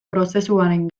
prozesuaren